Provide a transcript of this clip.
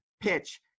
PITCH